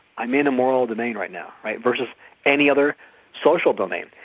i'm in a moral domain right now', right versus any other social domain.